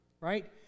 right